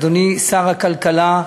אדוני שר הכלכלה,